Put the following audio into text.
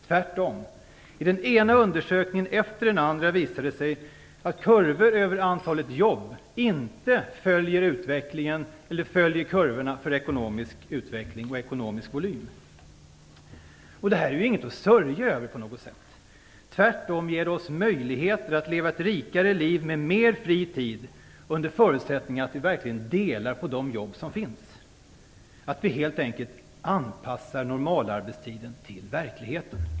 Tvärtom, i den ena undersökningen efter den andra visas det att kurvorna över antalet jobb inte följer kurvorna för ekonomisk utveckling och ekonomiska volymer. Detta är ingenting att sörja för. Det ger oss möjligheter att leva ett rikare liv med mer fritid under förutsättning att vi verkligen delar på de jobb som finns, att vi helt enkelt anpassar normalarbetstiden till verkligheten.